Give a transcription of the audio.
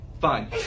Fine